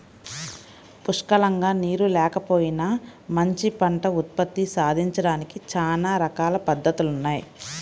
పుష్కలంగా నీరు లేకపోయినా మంచి పంట ఉత్పత్తి సాధించడానికి చానా రకాల పద్దతులున్నయ్